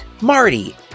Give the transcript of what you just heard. Marty